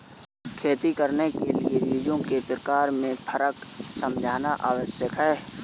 खेती करने के लिए बीजों के प्रकार में फर्क समझना आवश्यक है